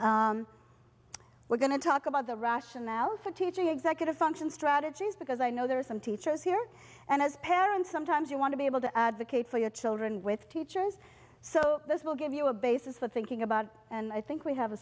working we're going to talk about the rationale for teaching executive function strategies because i know there are some teachers here and as parents sometimes you want to be able to advocate for your children with teachers so this will give you a basis for thinking about and i think we have a